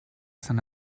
sant